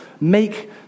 make